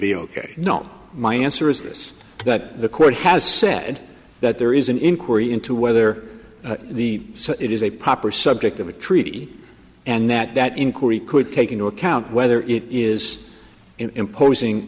be ok you know my answer is this but the court has said that there is an inquiry into whether the so it is a proper subject of a treaty and that that inquiry could take into account whether it is imposing